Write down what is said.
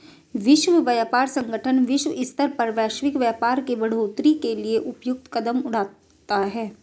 विश्व व्यापार संगठन विश्व स्तर पर वैश्विक व्यापार के बढ़ोतरी के लिए उपयुक्त कदम उठाता है